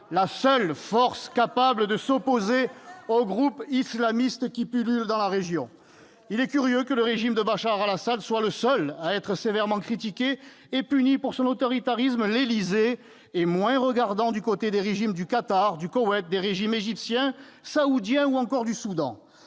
la seule force capable de s'opposer aux groupes islamistes qui pullulent dans la région. Il est curieux que le régime de Bachar al-Assad soit le seul à être sévèrement critiqué et puni pour son autoritarisme. L'Élysée est moins regardant du côté des régimes du Qatar, du Koweït, des régimes égyptien et saoudien, ou encore du Soudan